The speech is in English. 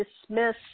dismiss